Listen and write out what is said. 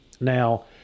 Now